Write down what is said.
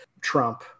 trump